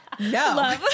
No